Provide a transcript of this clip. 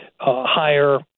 higher